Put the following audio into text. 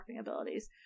abilities